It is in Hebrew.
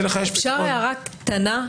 אפשר הערה קטנה?